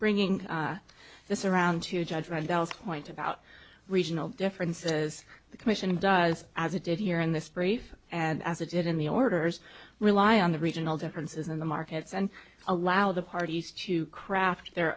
bringing this around to judge by bell's point about regional differences the commission does as it did here in this brief and as it did in the orders rely on the regional differences in the markets and allow the parties to craft their